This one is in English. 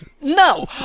No